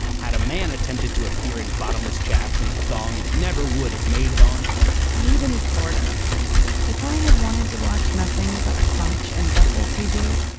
had a man attempted to appear in bottomless chaps in a thong? never would have made it on air denise in florida if i had wanted to watch nothing but crotch and butthole tv,